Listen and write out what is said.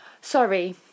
sorry